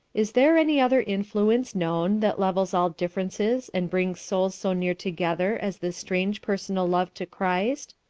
is there any other influence known that levels all differences and brings souls so near together as this strange personal love to christ?